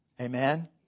Amen